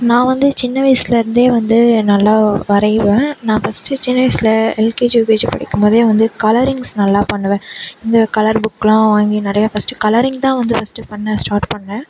நான் வந்து சின்ன வயசுலேருந்தே வந்து நல்லா வரைவேன் நான் ஃபஸ்ட்டு சின்ன வயதில் எல்கேஜி யூகேஜி படிக்கும்போதே வந்து கலரிங்ஸ் நல்லா பண்ணுவேன் இந்த கலர் புக்லாம் வாங்கி நிறையா ஃபஸ்ட்டு கலரிங் தான் வந்து ஃபஸ்ட்டு பண்ண ஸ்டார்ட் பண்ணேன்